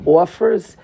offers